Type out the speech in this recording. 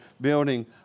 building